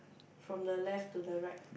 from the left to the right